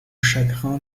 chagrin